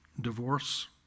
divorce